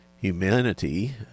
Humanity